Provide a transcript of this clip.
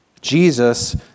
Jesus